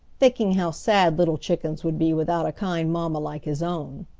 thinking how sad little chickens would be without a kind mamma like his own.